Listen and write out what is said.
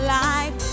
life